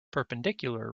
perpendicular